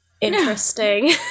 interesting